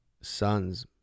sons